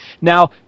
now